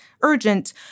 urgent